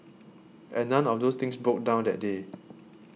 and none of those things broke down that day